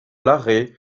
larrey